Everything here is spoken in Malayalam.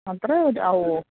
അത്രേയോ ആ ഓ